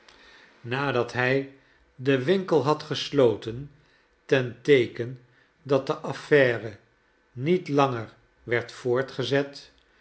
nadat hij den winkel had gesloten ten teeken dat de affaire niet langer werd voortgezet